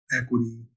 equity